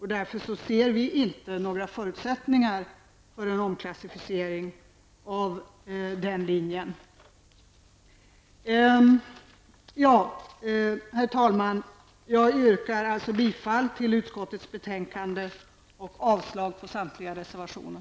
Därför anser vi inte att det finns förutsättningar för en omklassificering av den linjen. Herr talman! Jag yrkar bifall till utskottets hemställan och avslag på samtliga reservationer.